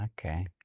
Okay